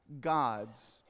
God's